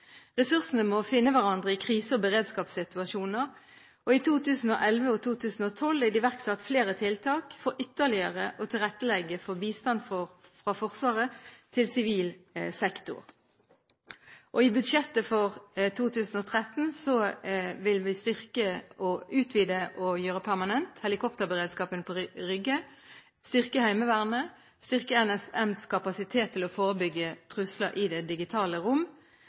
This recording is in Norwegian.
Ressursene må finne hverandre i krise- og beredskapssituasjoner. I 2011 og 2012 er det iverksatt flere tiltak for ytterligere å tilrettelegge for bistand fra Forsvaret til sivil sektor. I budsjettet for 2013 vil vi styrke, utvide og gjøre permanent helikopterberedskapen på Rygge styrke Heimevernet styrke NSMs kapasitet til å forebygge trusler i det digitale rom